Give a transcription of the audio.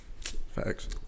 Facts